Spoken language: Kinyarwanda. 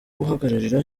guhagararira